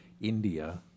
India